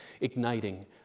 igniting